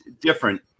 different